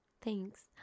Thanks